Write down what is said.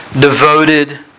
devoted